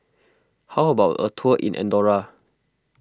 how about a tour in andorra